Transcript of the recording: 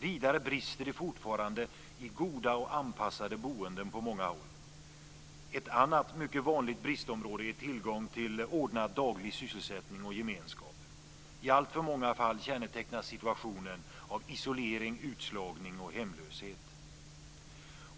Vidare brister det fortfarande i goda och anpassade boenden på många håll. Ett annat mycket vanligt bristområde är tillgång till ordnad daglig sysselsättning och gemenskap. I alltför många fall kännetecknas situationen av isolering, utslagning och hemlöshet.